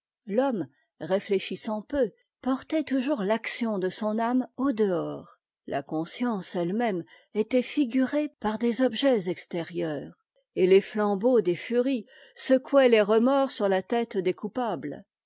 l'homme réfléchissant peu portait toujours l'action de son âme au dehors la conscience ette méme était figurée par des objets extérieurs et les flambeaux des furies secouaient les remords sur la tête des coupables